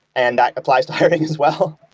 and that applies to hiring as well.